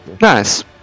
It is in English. Nice